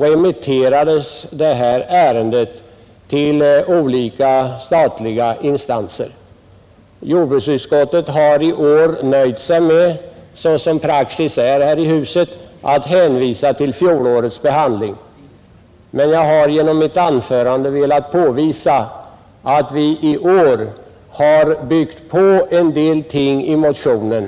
remitterades ärendet till olika statliga instanser. Jordbruksutskottet har i år som praxis är här i huset nöjt sig med att hänvisa till fjolårets behandling, men jag vill understryka, att vi i år lagt till ytterligare en del ting i motionen.